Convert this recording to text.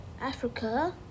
Africa